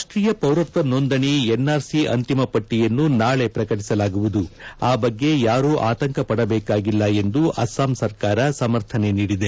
ರಾಷ್ಟೀಯ ಪೌರತ್ವ ನೋಂದಣಿ ಎನ್ಆರ್ ಸಿ ಅಂತಿಮ ಪಟ್ಟಯನ್ನು ನಾಳೆ ಪ್ರಕಟಸಲಾಗುವುದು ಆ ಬಗ್ಗೆ ಯಾರೂ ಆತಂಕಪಡಬೇಕಾಗಿಲ್ಲ ಎಂದು ಅಸ್ಸಾಂ ಸರ್ಕಾರ ಸಮರ್ಥನೆ ನೀಡಿದೆ